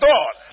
God